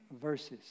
verses